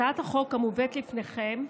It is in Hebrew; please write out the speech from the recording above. הצעת החוק המובאת לפניכם,